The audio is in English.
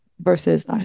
versus